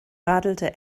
radelte